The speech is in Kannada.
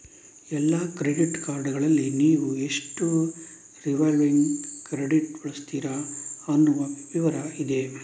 ಎಲ್ಲಾ ಕ್ರೆಡಿಟ್ ಕಾರ್ಡುಗಳಲ್ಲಿ ನೀವು ಎಷ್ಟು ರಿವಾಲ್ವಿಂಗ್ ಕ್ರೆಡಿಟ್ ಬಳಸ್ತೀರಿ ಅನ್ನುವ ವಿವರ ಇದೆ